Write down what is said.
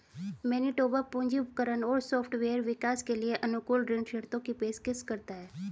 Manitoba पूंजी उपकरण और सॉफ्टवेयर विकास के लिए अनुकूल ऋण शर्तों की पेशकश करता है